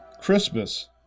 Christmas